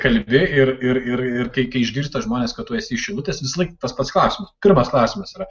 kalbi ir ir ir ir kai išgirsta žmonės kad tu esi iš šilutės visąlaik tas pats klausimas pirmas klausimas yra